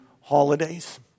Holidays